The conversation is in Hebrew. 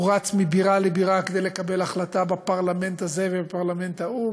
הוא רץ מבירה לבירה כדי לקבל החלטה בפרלמנט הזה ובפרלמנט ההוא,